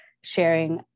sharing